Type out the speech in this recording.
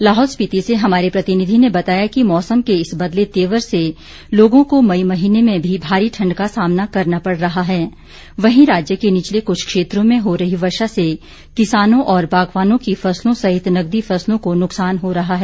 लाहौल स्पिति से हमारे प्रतिनिधी ने बताया कि मौसम के इस बदले तेवर से लोगों को मई महीने में भी भारी ठंड का सामना करना पड़ रहा हैं वहीं राज्य के निचले कुछ क्षेत्रों में हो रही वर्षा से किसानों और बागवानों की फसलों सहित नकदी फसलों को नुकसान हो रहा है